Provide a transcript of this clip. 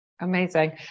Amazing